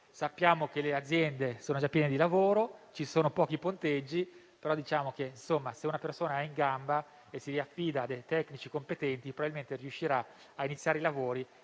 Sappiamo che le aziende sono già piene di lavoro e che ci sono pochi ponteggi; però diciamo che, se una persona è in gamba e si affida a tecnici competenti, probabilmente riuscirà a iniziare i lavori